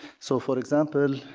so, for example,